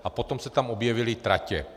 A potom se tam objevily tratě.